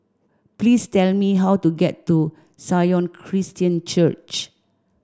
please tell me how to get to Sion Christian Church